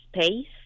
SPACE